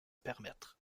permettre